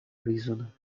reason